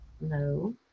No